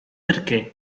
perché